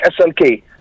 SLK